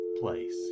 place